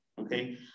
okay